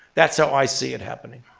that's how i see it happening.